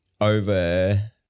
over